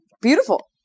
Beautiful